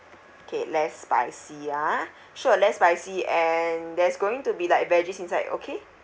okay less spicy ah sure less spicy and there's going to be like veggies inside okay